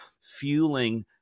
fueling